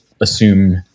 assume